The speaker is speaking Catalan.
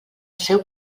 seu